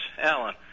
Alan